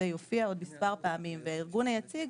זה יופיע עוד מספר פעמים והארגון היציג,